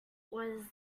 was